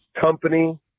company